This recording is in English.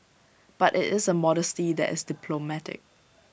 but IT is A modesty that is diplomatic